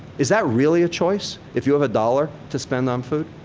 is that really a choice if you have a dollar to spend on food?